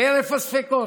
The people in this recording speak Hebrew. חרף הספקות,